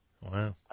Wow